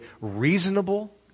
reasonable